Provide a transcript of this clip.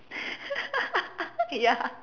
ya